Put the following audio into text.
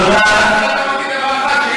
אתה לא מבין דבר אחד,